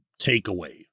takeaway